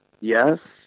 yes